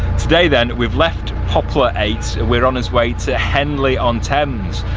today then we've left poplar eyot, we're on his way to henley on thames.